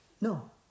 No